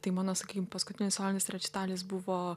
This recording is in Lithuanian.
tai mano sakykim paskutinis solinis rečitalis buvo